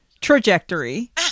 trajectory